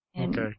Okay